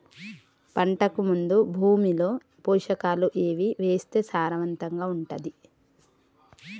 పంటకు ముందు భూమిలో పోషకాలు ఏవి వేస్తే సారవంతంగా ఉంటది?